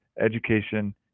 education